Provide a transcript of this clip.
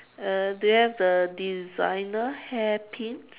uh they have the designer hair pin